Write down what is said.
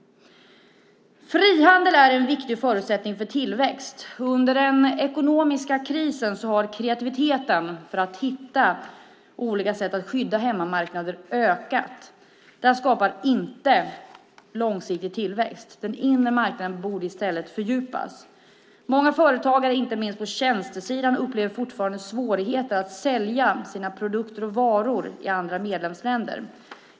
Frihandel är en viktig förutsättning för tillväxt. Under den ekonomiska krisen har kreativiteten för att hitta olika sätt att skydda hemmamarknader ökat. Det här skapar inte långsiktig tillväxt. Den inre marknaden borde i stället fördjupas. Många företagare, inte minst på tjänstesidan, upplever fortfarande svårigheter att sälja sina produkter och varor i andra medlemsländer.